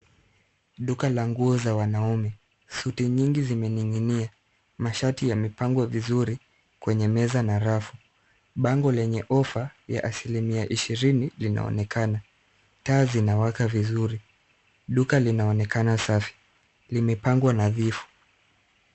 Duka la nguo za wanaume; suti nyingi zimening'inia. Mashati yamepangwa vizuri kwenye meza na rafu. Bango lenye offer ya asilimia ishirini linaonekana. Taa zinawaka vizuri, duka linaonekana safi, limepangwa nadhifu.